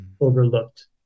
overlooked